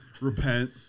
repent